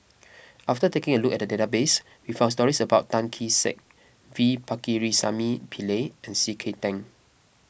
after taking a look at the database we found stories about Tan Kee Sek V Pakirisamy Pillai and C K Tang